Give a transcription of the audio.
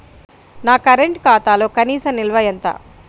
నా కరెంట్ ఖాతాలో కనీస నిల్వ ఎంత?